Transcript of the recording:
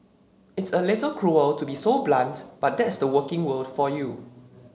it's a little cruel to be so blunt but that's the working world for you